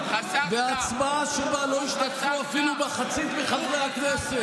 בהצבעה שבה לא השתתפו אפילו מחצית חברי הכנסת,